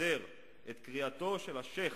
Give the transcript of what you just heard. משדר את קריאתו של השיח'